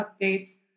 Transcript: updates